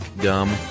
gum